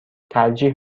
ترجیح